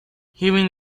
hearing